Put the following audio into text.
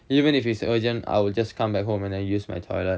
even if it's urgent I'll just come back and then use my toilet